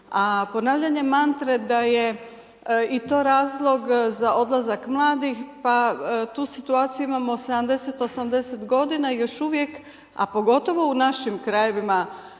ponavljanje mantre da je i to razlog za odlazak mladih, pa tu situaciju imamo 70-80 g. i još uvijek a pogotovo u našim krajevima,